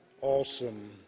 awesome